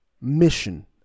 mission